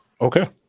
Okay